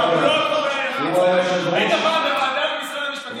היית פעם בוועדה ששר המשפטים,